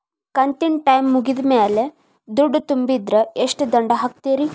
ಕಂತಿನ ಟೈಮ್ ಮುಗಿದ ಮ್ಯಾಲ್ ದುಡ್ಡು ತುಂಬಿದ್ರ, ಎಷ್ಟ ದಂಡ ಹಾಕ್ತೇರಿ?